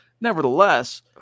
nevertheless